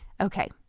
Okay